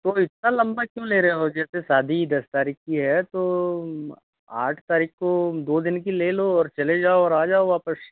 तो इतना लंबा क्यों ले रहे हो जैसे शादी दस तारीख की है तो आठ तारीख को दो दिन की ले लो और चले जाओ और आ जाओ वापस